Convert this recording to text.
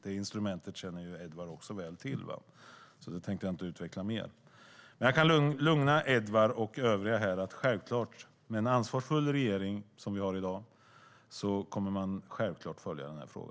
Det instrumentet känner Edward Riedl också väl till, så det tänker jag inte utveckla mer. Jag kan lugna Edward Riedl och övriga här med att den ansvarsfulla regering som vi har i dag självklart kommer att följa den här frågan.